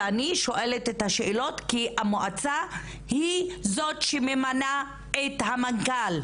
אני שואלת את השאלות כי המועצה היא זאת שממנה את המנכ"ל.